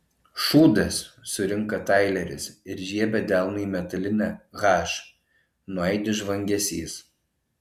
šūdas surinka taileris ir žiebia delnu į metalinę h nuaidi žvangesys